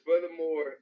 furthermore